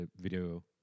video